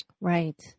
Right